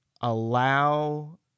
allow